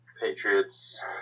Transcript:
Patriots